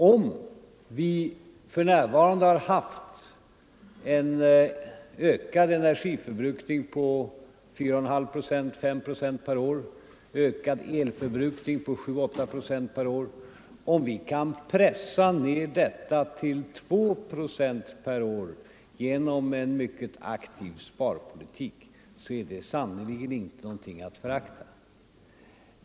Om vi har haft en ökad energiförbrukning på 4,5-5 procent per år samt en ökad elförbrukning på 7-8 procent och kan pressa ner detta till 2 procent per år genom en mycket aktiv sparpolitik så är det sannerligen inte någonting att förakta.